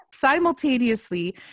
simultaneously